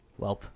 Welp